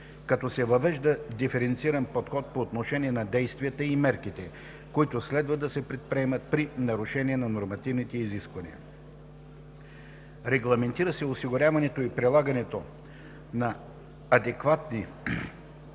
като се въвежда диференциран подход по отношение на действията и мерките, които следва да се предприемат при нарушение на нормативните изисквания. Регламентира се осигуряването и прилагането на адекватни и ефективни